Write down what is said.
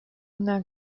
una